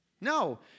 No